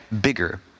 bigger